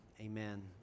amen